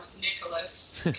Nicholas